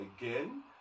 again